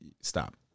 stop